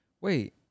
wait